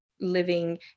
living